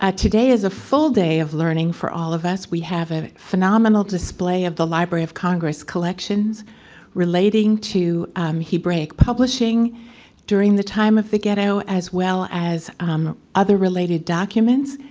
ah today is a full day of learning for all of us. we have a phenomenal display of the library of congress collections relating to hebraic publishing during the time of the ghetto as well as um other related documents.